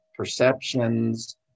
Perceptions